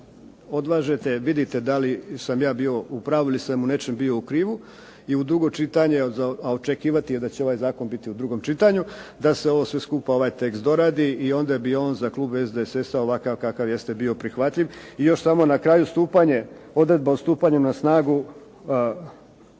odvažete, vidite da li sam ja bio u pravu ili sam u nečem bio u krivu. I u drugo čitanja, a očekivati je da će ovaj zakon biti u drugom čitanju, da se ovo sve skupa ovaj tekst doradi i onda bi on za klub SDSS-a ovakav kakav jeste bio prihvatljiv. I još samo na kraju, stupanje odredbe na snagu,